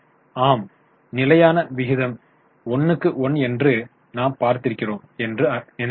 ஆம் நிலையான விகிதம் 1 க்கு 1 என்று நாம் பார்த்திருக்கிறோம் என்று நினைக்கிறேன்